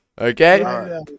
Okay